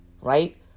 Right